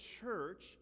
church